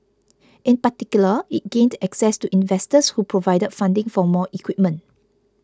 in particular it gained access to investors who provided funding for more equipment